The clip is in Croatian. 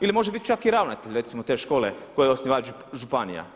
Ili može biti čak i ravnatelj recimo te škole kojoj je osnivač županija.